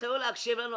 תתחילו להקשיב לנו,